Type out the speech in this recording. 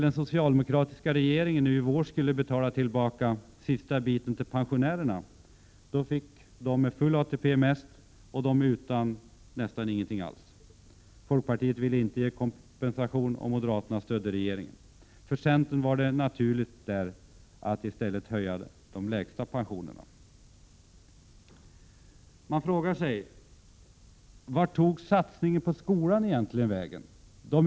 den socialdemokratiska regeringen nu i vår skulle betala tillbaka den sista biten till pensionärerna, fick de med full ATP mest och de utan nästan ingenting alls. Folkpartiet ville inte ge kompensation och moderaterna stödde regeringen. För centern var det naturligt att i stället höja de lägsta pensionerna.